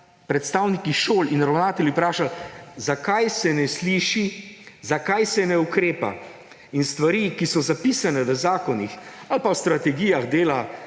predstavniki šol in ravnatelji vprašali: Zakaj se ne sliši, zakaj se ne ukrepa? In stvari, ki so zapisane v zakonih ali pa v strategijah